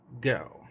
go